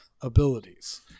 abilities